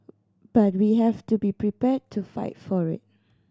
but we have to be prepared to fight for it